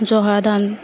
জহা ধান